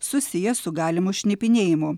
susijęs su galimu šnipinėjimu